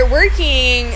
working